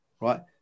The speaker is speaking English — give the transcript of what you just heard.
right